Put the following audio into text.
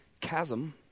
chasm